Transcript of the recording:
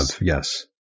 Yes